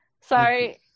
Sorry